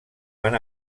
van